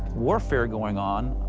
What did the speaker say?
warfare going on,